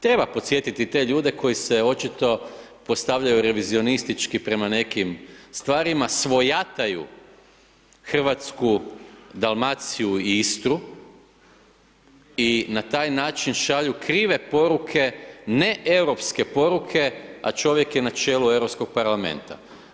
Treba podsjetiti te ljude koji se očito postavljaju revizionistički prema nekim stvarima, svojataju hrvatsku Dalmaciju i Istru i na taj način šalju krive poruke, neeuropske poruke, a čovjek je na čelu EU parlamenta.